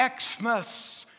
Xmas